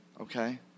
Okay